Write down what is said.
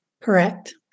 Correct